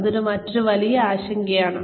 അത് മറ്റൊരു വലിയ ആശങ്കയാണ്